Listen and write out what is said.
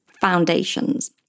foundations